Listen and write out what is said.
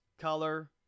color